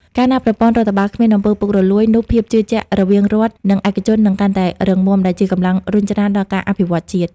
កាលណាប្រព័ន្ធរដ្ឋបាលគ្មាន អំពើពុករលួយ នោះភាពជឿជាក់រវាងរដ្ឋ និងឯកជននឹងកាន់តែរឹងមាំ ដែលជាកម្លាំងរុញច្រានដល់ការអភិវឌ្ឍជាតិ។